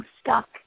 stuck